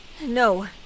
No